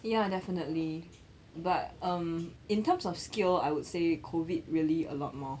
ya definitely but um in terms of scale I would say COVID really a lot more